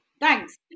thanks